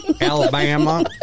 Alabama